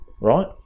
right